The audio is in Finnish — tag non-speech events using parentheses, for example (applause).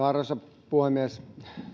(unintelligible) arvoisa puhemies